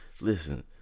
Listen